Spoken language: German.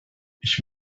ich